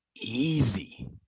easy